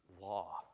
law